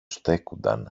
στέκουνταν